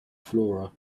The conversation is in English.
flora